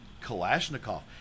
Kalashnikov